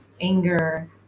anger